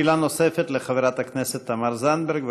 שאלה נוספת לחברת הכנסת תמר זנדברג.